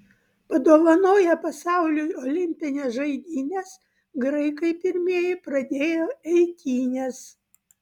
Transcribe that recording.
padovanoję pasauliui olimpines žaidynes graikai pirmieji pradėjo eitynes